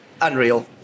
Unreal